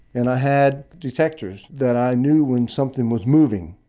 and i had detectors that i knew when something was moving.